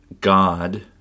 God